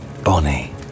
Bonnie